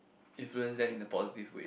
influence them in the positive way